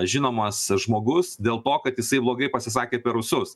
aš žinomas žmogus dėl to kad jisai blogai pasisakė apie rusus